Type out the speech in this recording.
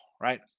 Right